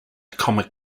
comic